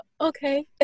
okay